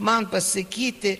man pasakyti